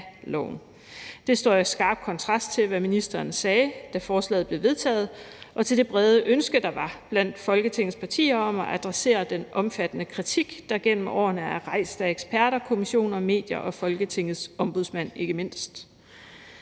Det står i skarp kontrast til, hvad ministeren sagde, da forslaget blev vedtaget, og til det brede ønske, der var blandt Folketingets partier om at adressere den omfattende kritik, der gennem årene er rejst af eksperter, kommission, medier og Folketingets Ombudsmand ikke mindst.